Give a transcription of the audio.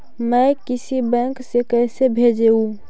मैं किसी बैंक से कैसे भेजेऊ